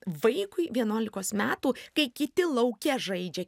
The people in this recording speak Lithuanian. vaikui vienuolikos metų kai kiti lauke žaidžia